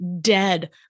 dead